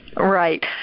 Right